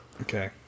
Okay